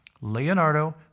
Leonardo